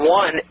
one